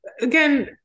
again